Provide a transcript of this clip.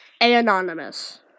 Anonymous